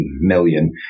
million